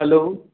hello